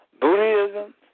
Buddhism